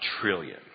trillion